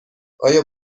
آیا